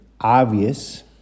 obvious